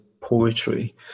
poetry